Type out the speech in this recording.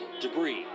Debris